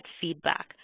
feedback